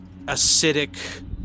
acidic